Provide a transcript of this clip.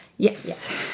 Yes